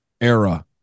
era